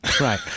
Right